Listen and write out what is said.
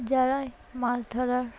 যারাই মাছ ধরার